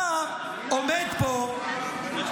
אתה עומד פה --- גלעד,